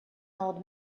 old